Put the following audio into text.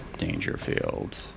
dangerfield